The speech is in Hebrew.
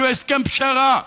שהוא הסכם פשרה.